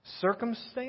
circumstance